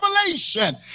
revelation